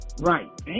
Right